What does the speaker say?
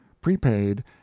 prepaid